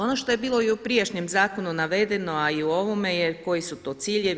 Ono što je bilo i u prijašnjem zakonu navedeno, a i u ovome je koji su to ciljevi.